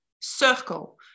circle